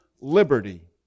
liberty